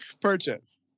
Purchase